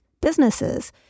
businesses